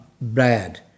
bad